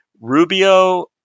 Rubio